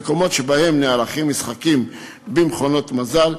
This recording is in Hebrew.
במקומות שבהם נערכים משחקים במכונות מזל,